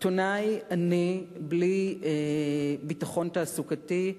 עיתונאי עני בלי ביטחון תעסוקתי,